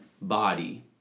body